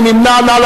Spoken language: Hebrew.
מי נמנע?